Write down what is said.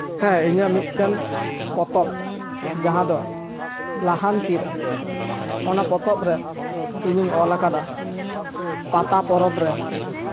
ᱦᱮᱸ ᱤᱧᱟᱹᱜ ᱢᱤᱫᱴᱟᱝ ᱯᱚᱛᱚᱵ ᱡᱟᱦᱟᱸ ᱫᱚ ᱞᱟᱦᱟᱱᱛᱤ ᱨᱮ ᱚᱱᱟ ᱯᱚᱛᱚᱵ ᱨᱮ ᱤᱧᱤᱧ ᱚᱞᱟᱠᱟᱫᱟ ᱯᱟᱛᱟ ᱯᱚᱨᱚᱵᱽ ᱨᱮ